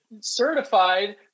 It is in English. certified